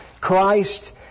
Christ